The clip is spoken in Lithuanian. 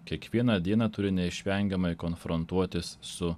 kiekvieną dieną turi neišvengiamai konfrontuoti su